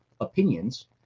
opinions